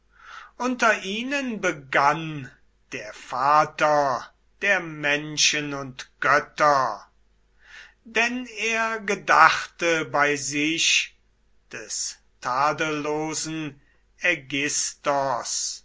unter ihnen begann der vater der menschen und götter denn er gedachte bei sich des tadellosen